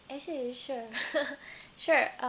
actually you sure sure um